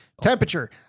Temperature